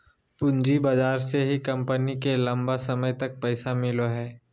पूँजी बाजार से ही कम्पनी के लम्बा समय तक पैसा मिलो हइ